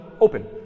open